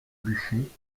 bûcher